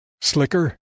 Slicker